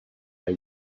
they